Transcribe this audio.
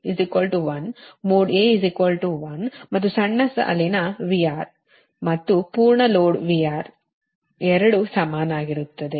ಆದ್ದರಿಂದ mode A 1 mode A 1 ಮತ್ತು ಸಣ್ಣ ಸಾಲಿನ VR ಮತ್ತು ಪೂರ್ಣ ಲೋಡ್ VR ಎರಡು ಸಮಾನವಾಗಿರುತ್ತದೆ